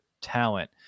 talent